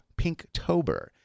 Pinktober